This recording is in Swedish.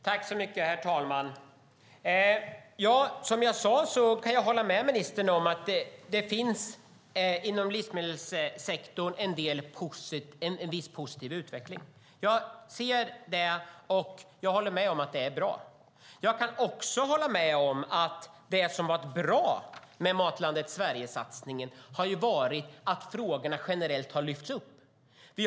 Herr talman! Som jag sade kan jag hålla med ministern om att det inom livsmedelssektorn finns en viss positiv utveckling. Jag håller med om att det är bra. Jag kan också hålla med om att det som var bra med satsningen på Matlandet Sverige har ju varit att frågorna generellt har lyfts fram.